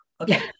Okay